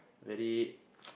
very